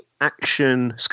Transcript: Action